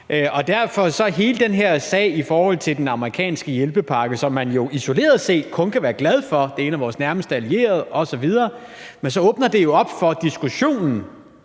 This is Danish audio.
Derfor åbner hele den her sag om den amerikanske hjælpepakke, som man jo isoleret set kun kan være glad for – det er en af vores nærmeste allierede osv. – op for diskussionen: